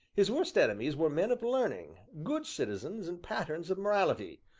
his worst enemies were men of learning, good citizens, and patterns of morality,